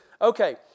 Okay